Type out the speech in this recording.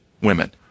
women